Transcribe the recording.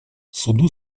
суду